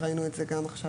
ראינו גם עכשיו,